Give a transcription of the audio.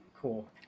Cool